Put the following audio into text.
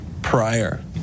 prior